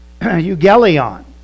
Eugelion